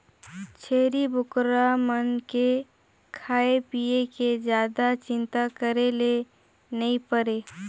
छेरी बोकरा मन के खाए पिए के जादा चिंता करे ले नइ परे